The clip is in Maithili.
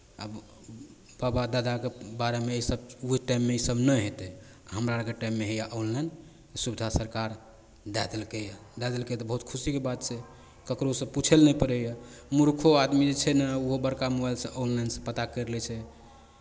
आब बाबा दादाके बारेमे इसभ ओहि टाइममे इसभ नहि हेतै आ हमरा आरके टाइममे हैआ ऑनलाइन सुविधा सरकार दए देलकैए दए देलकै तऽ बहुत खुशीके बात छै ककरोसँ पूछय लए नहि पड़ैए मूर्खो आदमी जे छै ने ओहो बड़का मोबाइलसँ ऑनलाइनसँ पता करि लै छै